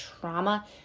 trauma